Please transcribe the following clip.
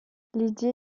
lydie